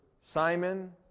Simon